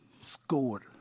scored